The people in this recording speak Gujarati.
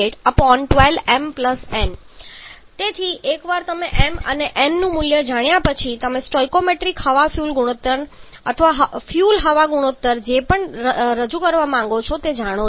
762812 mn તેથી એકવાર તમે m અને n નું મૂલ્ય જાણ્યા પછી તમે સ્ટોઇકિયોમેટ્રિક હવા ફ્યુઅલ ગુણોત્તર અથવા ફ્યુઅલ હવા ગુણોત્તર જે પણ રીતે રજૂ કરવા માંગો છો તે જાણો છો